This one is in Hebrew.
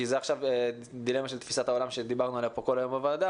כי זו דילמה של תפיסת העולם שדיברנו עליה פה כל היום בוועדה,